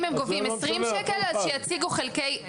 אם הם גובים 20 שקלים אז שיציגו חלקי,